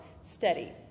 steady